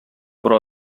però